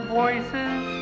voices